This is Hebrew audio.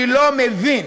אני לא מבין.